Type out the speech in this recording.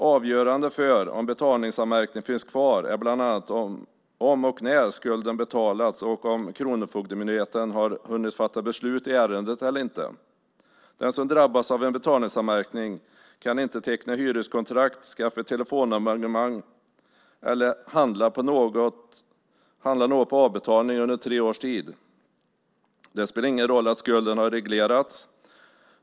Avgörande för om betalningsanmärkningen finns kvar är bland annat om och när skulden betalats och om Kronofogdemyndigheten har hunnit fatta beslut i ärendet eller inte. Den som drabbas av en betalningsanmärkning kan inte teckna hyreskontrakt, skaffa telefonabonnemang eller handla något på avbetalning under tre års tid. Det spelar ingen roll att skulden har reglerats.